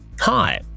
Hi